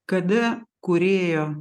kada kūrėjo